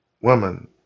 woman